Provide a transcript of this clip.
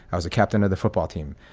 i was a captain of the football team.